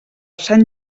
sant